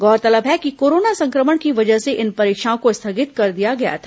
गौरतलब है कि कोरोना संक्रमण की वजह से इन परीक्षाओं को स्थगित कर दिया गया था